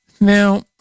Now